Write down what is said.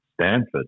Stanford